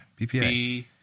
BPA